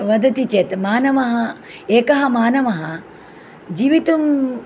वदति चेत् मानवः एकः मानवः जीवितुं